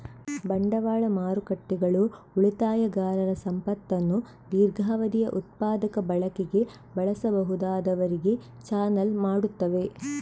ಬಂಡವಾಳ ಮಾರುಕಟ್ಟೆಗಳು ಉಳಿತಾಯಗಾರರ ಸಂಪತ್ತನ್ನು ದೀರ್ಘಾವಧಿಯ ಉತ್ಪಾದಕ ಬಳಕೆಗೆ ಬಳಸಬಹುದಾದವರಿಗೆ ಚಾನಲ್ ಮಾಡುತ್ತವೆ